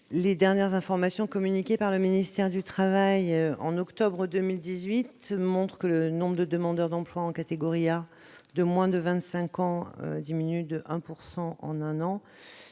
Les dernières informations communiquées par le ministère du travail, en octobre 2018, montrent que le nombre de demandeurs d'emploi en catégorie A de moins de 25 ans a diminué de 1 % en un an